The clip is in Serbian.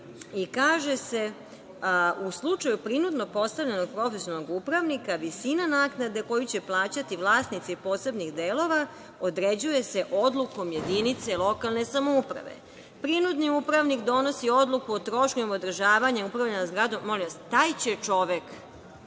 i kaže se: „U slučaju prinudno postavljenog profesionalnog upravnika, visina naknade koju će plaćati vlasnici posebnih delova određuje se odlukom jedinice lokalne samouprave. Prinudni upravnik donosi odluku o troškovima održavanja i upravljanja zgradom“… Molim vas, taj će čovek